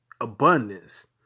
Abundance